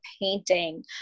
painting